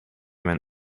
mijn